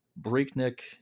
Breakneck